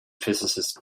physicist